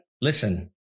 Listen